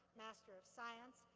master of science,